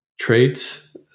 traits